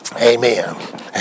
Amen